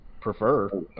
prefer